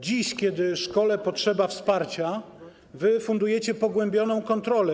Dziś, kiedy szkole potrzeba wsparcia, wy fundujecie pogłębioną kontrolę.